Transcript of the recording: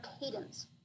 cadence